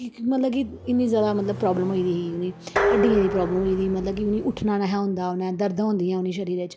मतलब कि इ'न्नी जादा मतलब कि प्रॉब्लम होई गेदी ही उ'नें हड्डियें दी प्रॉब्लम होई गेदी ही मतलब कि उ'नें गी उट्ठना नेहा होंदा उ'नें दर्दां होंदियां ही शरीरा च